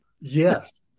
Yes